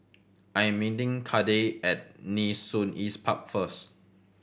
I am meeting Cade at Nee Soon East Park first